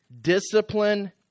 discipline